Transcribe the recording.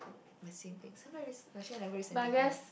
my siblings !huh! what risk actually I never risk anything for them